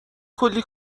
کلی